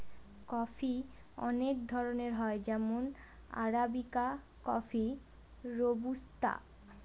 coffee অনেক ধরনের হয় যেমন আরাবিকা কফি, রোবুস্তা